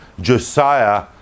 Josiah